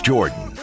Jordan